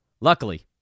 Luckily